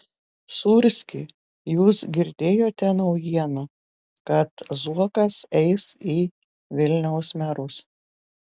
sūrski jūs girdėjote naujieną kad zuokas eis į vilniaus merus